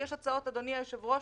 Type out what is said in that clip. אדוני היושב-ראש,